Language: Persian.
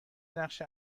نقش